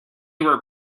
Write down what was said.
were